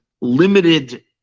limited